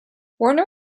warner